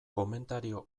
komentario